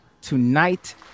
tonight